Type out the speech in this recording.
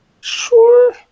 Sure